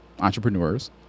entrepreneurs